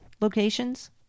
locations